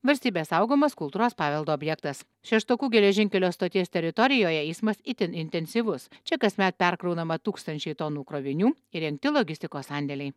valstybės saugomas kultūros paveldo objektas šeštokų geležinkelio stoties teritorijoje eismas itin intensyvus čia kasmet perkraunama tūkstančiai tonų krovinių įrengti logistikos sandėliai